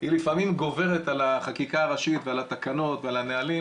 גוברת על החקיקה הראשית ועל התקנות והנהלים,